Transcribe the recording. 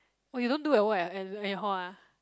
oh you don't do your work at at home ah